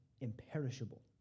imperishable